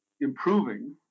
improving